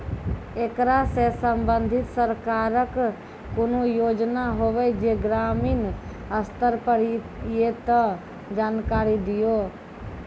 ऐकरा सऽ संबंधित सरकारक कूनू योजना होवे जे ग्रामीण स्तर पर ये तऽ जानकारी दियो?